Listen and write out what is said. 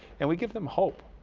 and we give them hope.